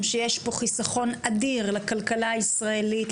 שיש פה חיסכון אדיר לכלכלה הישראלית,